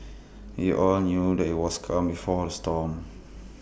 we all knew that IT was calm before the storm